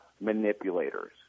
manipulators